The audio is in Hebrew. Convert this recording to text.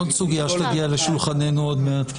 עוד סוגיה שתגיע לשולחננו עוד מעט.